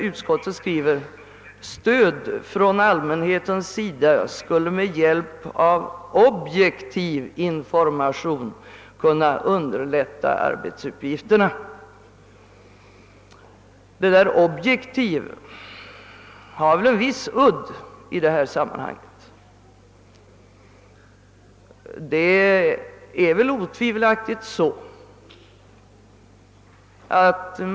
Utskottet skriver: »Stöd från allmänhetens sida skulle med hjälp av objektiv information kunna underlätta arbetsuppgifterna.» Ordet objektiv har en viss udd i detta sammanhang.